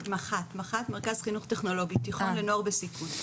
מנהלת מרכז חינוך טכנולוגי, תיכון לנוער בסיכון.